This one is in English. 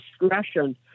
discretion